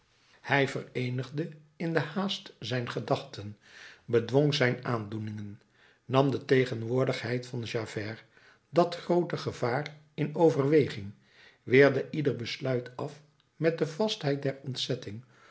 hij vereenigde in de haast zijn gedachten bedwong zijn aandoeningen nam de tegenwoordigheid van javert dat groote gevaar in overweging weerde ieder besluit af met de vastheid der ontzetting